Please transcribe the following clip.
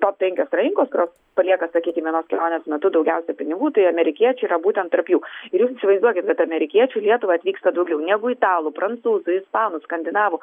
top penkios rinkos kurios palieka sakykim vienos kelionės metu daugiausia pinigų tai amerikiečiai yra būtent tarp jų ir jūs įsivaizduokit kad amerikiečių į lietuvą atvyksta daugiau negu italų prancūzų ispanų skandinavų